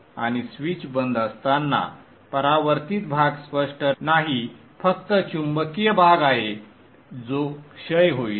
आणि स्विच बंद असताना परावर्तित भाग स्पष्ट नाही फक्त चुंबकीय भाग आहे जो क्षय होईल